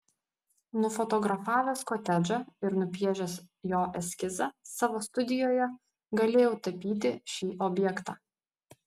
nufotografavęs kotedžą ir nupiešęs jo eskizą savo studijoje galėjau tapyti šį objektą